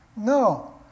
No